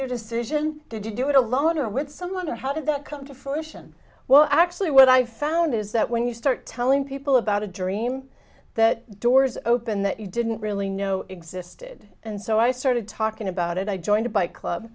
your decision did you do it alone or with someone or how did that come to fruition well actually what i found is that when you start telling people about a dream that doors opened that you didn't really know existed and so i started talking about it i joined a bike club